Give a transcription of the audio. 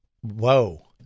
Whoa